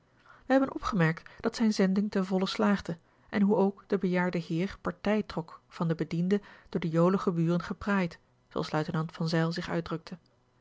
wij hebben opgemerkt dat zijne zending ten volle slaagde en hoe ook de bejaarde heer partij trok van den bediende door de jolige buren gepraaid zooals luitenant van zijl zich uitdrukte